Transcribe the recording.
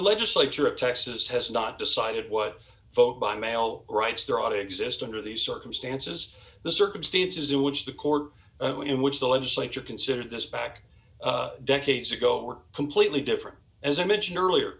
legislature of texas has not decided what folk by male rights there ought exist under these circumstances the circumstances in which the court in which the legislature considered this back decades ago were completely different as i mentioned earlier